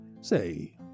Say